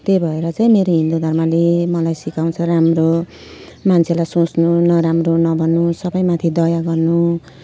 त्यही भएर चाहिँ मेरो हिन्दू धर्मले मलाई सिकाउँछ राम्रो मान्छेलाई सोच्नु नराम्रो नभन्नु सबैमाथि दया गर्नु